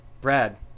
Brad